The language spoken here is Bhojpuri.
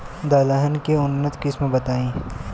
दलहन के उन्नत किस्म बताई?